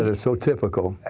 ah so typical.